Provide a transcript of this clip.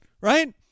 right